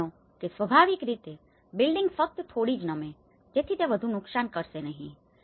તમે જાણો છો કે સ્વાભાવિક રીતે બિલ્ડિંગ ફક્ત થોડી જ નમે છે જેથી તે વધુ નુકસાન કરશે નહીં